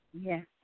Yes